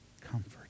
comfort